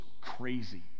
crazy